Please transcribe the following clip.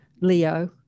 Leo